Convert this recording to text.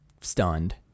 stunned